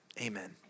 amen